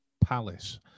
palace